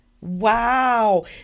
Wow